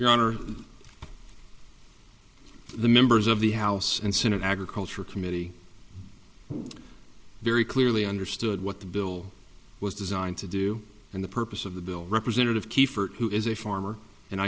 our honor the members of the house and senate agriculture committee very clearly understood what the bill was designed to do and the purpose of the bill representative kieffer who is a farmer and